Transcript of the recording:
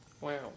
Wow